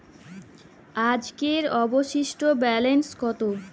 আজকের অবশিষ্ট ব্যালেন্স কত?